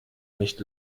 nicht